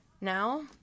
now